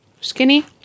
Skinny